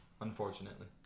unfortunately